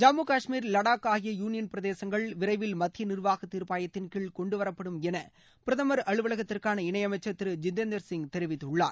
ஜம்மு கஷ்மீர் லடாக் ஆகிய யூனியன் பிரதேசங்கள் விரைவில் மத்திய நிர்வாக தீர்ப்பாயத்தின் கீழ் கொண்டு வரப்படும் என பிரதமர் அலுவலகத்திற்கான இணையமைச்சர் திரு ஜிதேந்திர சிங் தெரிவித்துள்ளார்